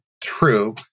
true